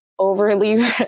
Overly